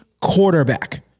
quarterback